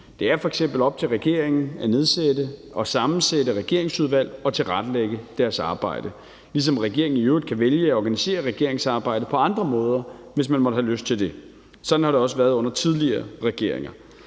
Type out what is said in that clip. Det er f.eks. op til regeringen at nedsætte og sammensætte regeringsudvalg og tilrettelægge deres arbejde, ligesom regeringen i øvrigt kan vælge at organisere regeringsarbejdet på andre måder, hvis man måtte have lyst til det. Sådan har det også været under tidligere regeringer.